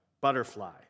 butterfly